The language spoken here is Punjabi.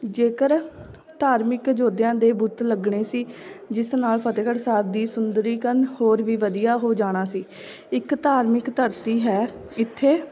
ਜੇਕਰ ਧਾਰਮਿਕ ਯੋਧਿਆਂ ਦੇ ਬੁੱਤ ਲੱਗਣੇ ਸੀ ਜਿਸ ਨਾਲ਼ ਫਤਿਹਗੜ੍ਹ ਸਾਹਿਬ ਦੀ ਸੁੰਦਰੀਕਰਨ ਹੋਰ ਵੀ ਵਧੀਆ ਹੋ ਜਾਣਾ ਸੀ ਇੱਕ ਧਾਰਮਿਕ ਧਰਤੀ ਹੈ ਇੱਥੇ